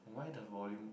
why the volume